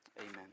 amen